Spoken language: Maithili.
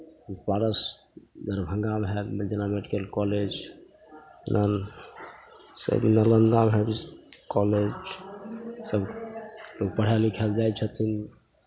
पारस दरभंगामे हए मे जेना मेडिकल कॉलेज ना स् नालंदामे हए कॉलेज सभ पढ़य लिखय लेल जाइ छथिन